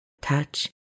touch